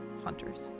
hunters